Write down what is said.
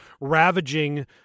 ravaging